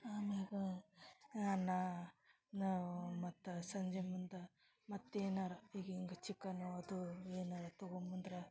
ಅಮ್ಯಾಗ ನಾನ ನಾವು ಮತ್ತು ಸಂಜೆ ಮುಂದೆ ಮತ್ತೆ ಏನಾರ ಹಿಂಗೆ ಚಿಕನ್ನು ಅದು ಏನಾರ ತಗೊಂಡು ಬಂದ್ರ